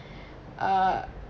uh